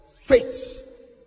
faith